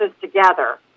together